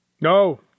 No